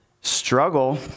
struggle